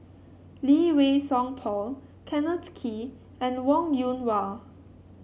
Lee Wei Song Paul Kenneth Kee and Wong Yoon Wah